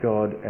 God